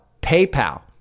PayPal